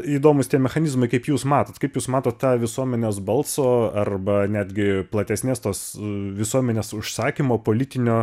įdomūs tie mechanizmai kaip jūs matot kaip jūs matot tą visuomenės balso arba netgi platesnės tos visuomenės užsakymo politinio